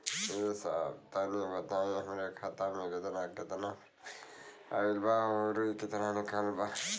ए साहब तनि बताई हमरे खाता मे कितना केतना रुपया आईल बा अउर कितना निकलल बा?